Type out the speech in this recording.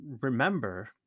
remember